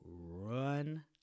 run